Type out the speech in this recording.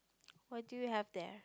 why do you have there